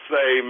Say